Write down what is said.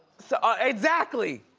so ah exactly!